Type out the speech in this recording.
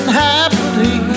happily